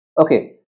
Okay